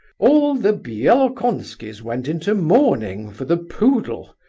all the bielokonskis went into mourning for the poodle.